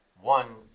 one